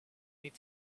need